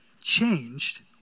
changed